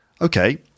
Okay